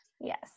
Yes